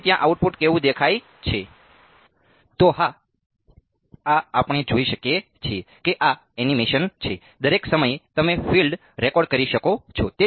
તેથી ત્યાં આઉટપુટ કેવું દેખાય છે તો હા આ આપણે જોઈ શકીએ છીએ કે આ એનિમેશન છે દરેક સમયે તમે ફીલ્ડ રેકોર્ડ કરી શકો છો